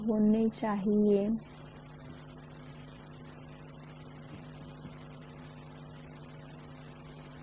उदाहरण के लिए सिलिकॉन स्टील और स्टील पर यह लगभग 3500 से 4500 होगा